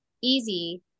easy